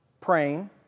praying